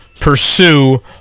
pursue